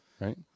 right